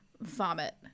Vomit